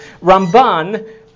Ramban